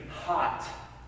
hot